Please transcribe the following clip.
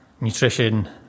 nutrition